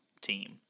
team